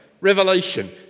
Revelation